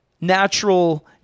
natural